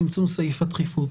צמצום סעיף הדחיפות.